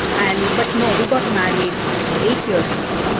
and but no, we got married eight years later.